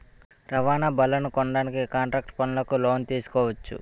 రవాణా బళ్లనుకొనడానికి కాంట్రాక్టు పనులకు లోను తీసుకోవచ్చు